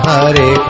Hare